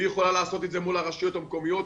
והיא יכולה לעשות את זה מול הרשויות המקומיות,